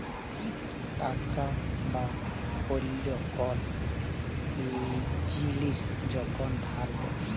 টাকা বা অল্য কল জিলিস যখল ধার দেয়